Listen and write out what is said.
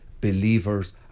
Believers